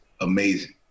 amazing